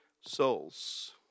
souls